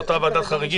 זו אותה ועדת חריגים?